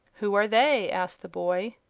who are they? asked the boy.